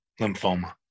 lymphoma